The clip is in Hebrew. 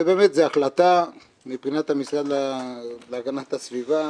זו החלטה מבחינת המשרד להגנת הסביבה,